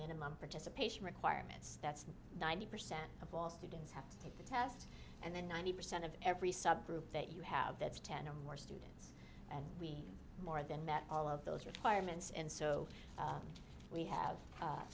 minimum participation requirements that's ninety percent of all students have to take the test and then ninety percent of every subgroup that you have that's ten or more stews and we more than met all of those requirements and so we have